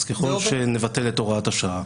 אז ככל שנבטל את הוראת השעה,